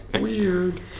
weird